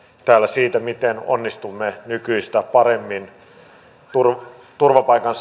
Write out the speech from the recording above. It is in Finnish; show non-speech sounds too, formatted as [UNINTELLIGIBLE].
täällä siitä miten onnistumme nykyistä paremmin turvapaikan [UNINTELLIGIBLE]